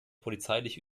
polizeiliche